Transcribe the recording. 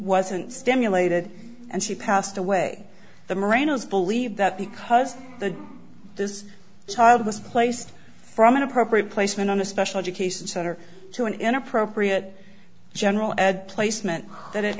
wasn't stimulated and she passed away the merinos believe that because the this child was placed from an appropriate placement on a special education center to an inappropriate general ed placement that it